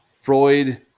Freud